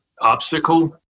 obstacle